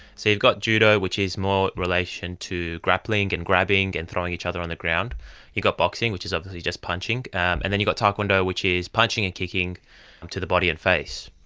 so you've got judo, which is more relation to grappling and grabbing and throwing each other on the ground, and you've got boxing which is obviously just punching, um and then you've got taekwondo which is punching and kicking to the body and face.